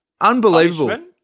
Unbelievable